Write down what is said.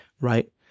right